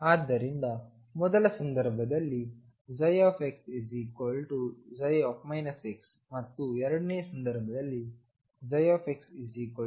ಆದ್ದರಿಂದ ಮೊದಲ ಸಂದರ್ಭದಲ್ಲಿxψಮತ್ತು ಎರಡನೇ ಸಂದರ್ಭದಲ್ಲಿx ψ